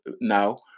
now